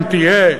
אם תהיה.